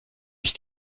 ich